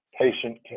patient